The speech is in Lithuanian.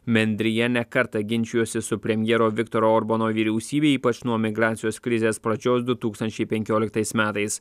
bendrija ne kartą ginčijosi su premjero viktoro orbano vyriausybe ypač nuo migracijos krizės pradžios du tūkstančiai penkioliktais metais